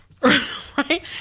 right